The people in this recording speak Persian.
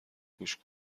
گوش